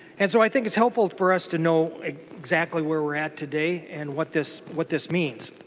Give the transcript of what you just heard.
and so i think it's helpful for us to know exactly where we are at today and what this what this means.